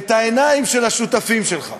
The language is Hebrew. את העיניים של השותפים שלך,